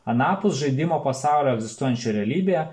anapus žaidimo pasaulio egzistuojančioj realybėje